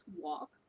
walk